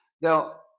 Now